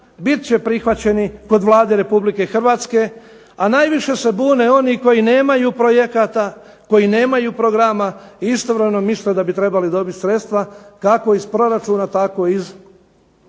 biti će prihvaćeni kod Vlade Republike Hrvatske. A najviše se bune oni koji nemaju projekata, koji nemaju programa i istovremeno misle da bi trebali dobiti sredstva kako iz proračuna, tako iz